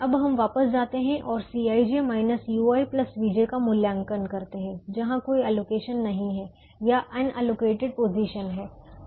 अब हम वापस जाते हैं और Cij ui vj का मूल्यांकन करते हैं जहाँ कोई अलोकेशन नहीं हैं या अनएलोकेटेड पोजीशन है